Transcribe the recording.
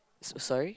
s~ sorry